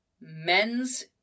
Men's